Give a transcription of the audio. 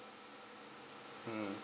mm